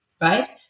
Right